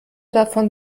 davon